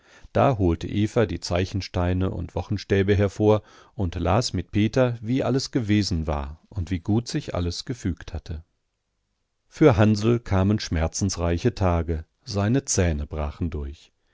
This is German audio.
da holte eva die zeichensteine und wochenstäbe hervor und las mit peter wie alles gewesen war und wie gut sich alles gefügt hatte für hansl kamen schmerzensreiche tage seine zähne brachen durch